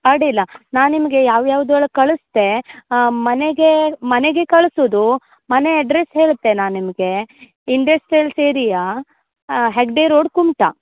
ಅಡ್ಡಿಲ್ಲ ನಾನು ನಿಮಗೆ ಯಾವ ಯಾವ್ದೇಳಿ ಕಳಿಸ್ತೆ ಮನೆಗೇ ಮನೆಗೇ ಕಳ್ಸೋದು ಮನೆ ಅಡ್ರೆಸ್ಸ್ ಹೇಳ್ತೆ ನಾ ನಿಮಗೆ industrials area Hegde road Kumta